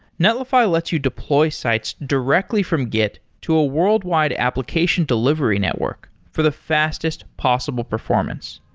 netlify lets you deploy sites directly from git to a worldwide application delivery network for the fastest possible performance.